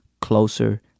closer